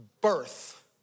birth